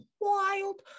Wild